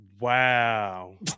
Wow